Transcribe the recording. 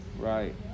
right